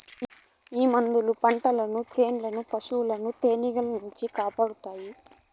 ఈ మందులు పంటలను సెట్లను పశులను తెగుళ్ల నుంచి కాపాడతాయి